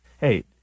hey